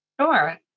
Sure